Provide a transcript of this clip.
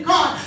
God